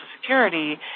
Security